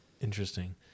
Interesting